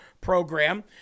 program